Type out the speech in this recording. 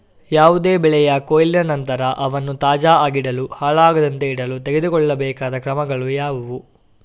ಯಾವುದೇ ಬೆಳೆಯ ಕೊಯ್ಲಿನ ನಂತರ ಅವನ್ನು ತಾಜಾ ಆಗಿಡಲು, ಹಾಳಾಗದಂತೆ ಇಡಲು ತೆಗೆದುಕೊಳ್ಳಬೇಕಾದ ಕ್ರಮಗಳು ಯಾವುವು?